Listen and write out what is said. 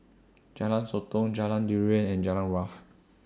Jalan Sotong Jalan Durian and Jurong Wharf